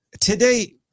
Today